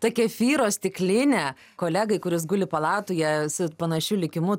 ta kefyro stiklinė kolegai kuris guli palatoje su panašiu likimu